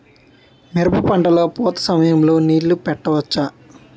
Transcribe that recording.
మిరప పంట లొ పూత సమయం లొ నీళ్ళు పెట్టవచ్చా?